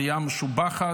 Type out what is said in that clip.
עלייה משובחת,